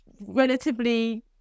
relatively